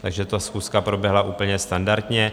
Takže ta schůzka proběhla úplně standardně.